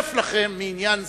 הרף לכם מעניין זה,